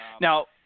Now